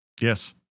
Yes